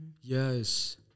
Yes